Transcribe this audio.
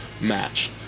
match